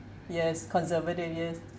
yes conservative ideas